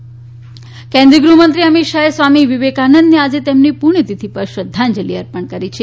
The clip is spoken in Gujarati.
અમિત શાહ્ ગુફમંત્રી અમિત શાહે સ્વામી વિવેકાનંદને આજે તેમની પુણ્થતિથિ પર શ્રદ્ધાંજલી અર્પણ કરી છે